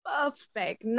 Perfect